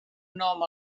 nom